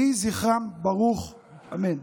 יהי זכרם ברוך, אמן.